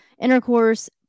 intercourse